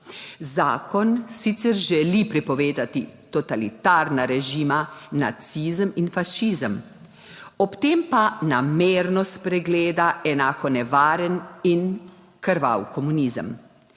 Zakon sicer želi prepovedati totalitarna režima nacizem in fašizem, ob tem pa namerno spregleda enako nevaren in krvav komunizem.